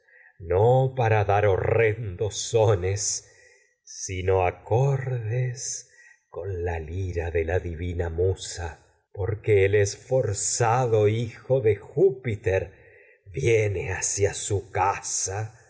con para vina dar horrendos musa sones sino acordes la lira de di porque con el esforzado que hijo de júpiter viene con hacia su casa